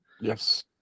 Yes